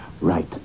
Right